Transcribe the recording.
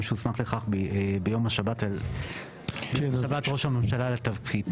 שהוסמך לכך ביום השבת ראש הממשלה לתפקיד'.